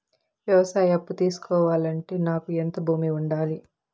వ్యవసాయ అప్పు తీసుకోవాలంటే నాకు ఎంత భూమి ఉండాలి?